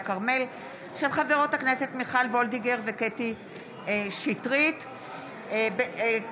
חברות הכנסת מיכל וולדיגר וקטי קטרין שטרית בנושא: